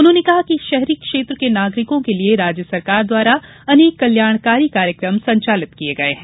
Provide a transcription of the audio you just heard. उन्होंने कहा कि शहरी क्षेत्र के नागरिको के लिए राज्य सरकार द्वारा अनेक कल्याणकारी कार्यक्रम संचालित किए गए है